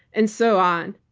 and so on.